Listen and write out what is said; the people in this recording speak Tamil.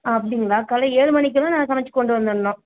அப்படிங்களா காலைல ஏழு மணிக்கெலாம் நான் சமைச்சு கொண்டு வந்துடணும்